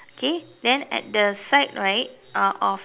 okay then at the side right uh of